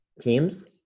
Teams